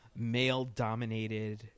male-dominated